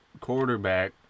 quarterback